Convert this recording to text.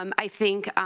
um i think